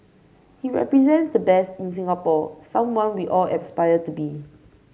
he represents the best in Singapore someone we all aspire to be